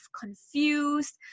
confused